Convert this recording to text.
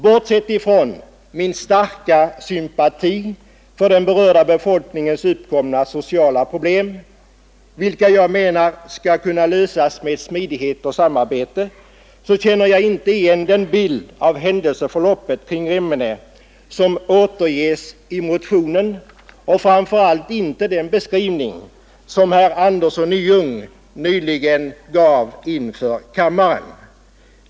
Bortsett från min starka sympati för den berörda befolkningen med anledning av de uppkomna problemen, vilka jag dock menar skall kunna lösas med smidighet och samarbete, känner jag inte igen den bild av händelseförloppet kring Remmene som ges i motionen, och framför allt inte den beskrivning som herr Andersson i Ljung nyss gav inför kammaren.